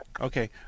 Okay